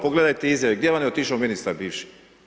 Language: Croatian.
Pogledajte izjave, gdje vam je otišao ministar bivši?